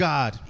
God